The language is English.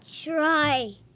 try